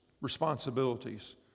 responsibilities